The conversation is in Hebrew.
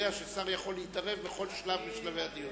יודע ששר יכול להתערב בכל שלב משלבי הדיון.